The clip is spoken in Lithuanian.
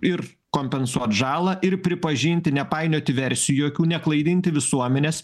ir kompensuot žalą ir pripažinti nepainioti versijų jokių neklaidinti visuomenės